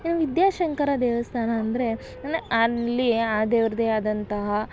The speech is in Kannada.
ಇನ್ನು ವಿದ್ಯಾಶಂಕರ ದೇವಸ್ಥಾನ ಅಂದರೆ ಅಲ್ಲಿ ಆ ದೇವ್ರದ್ದೆ ಆದಂತಹ